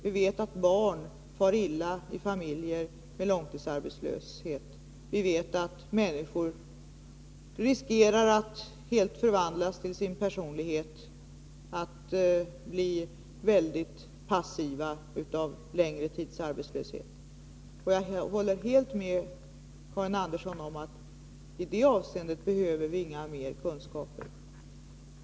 Vi vet att barn far illa i familjer med långtidsarbetslöshet, och vi vet att människor riskerar att helt förvandlas till sin personlighet så att de blir väldigt passiva av en längre tids arbetslöshet. Jag håller helt med Karin Andersson om att vi i det avseendet inte behöver mer kunskaper.